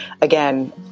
again